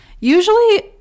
Usually